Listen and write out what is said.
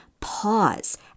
pause